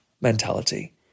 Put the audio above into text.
mentality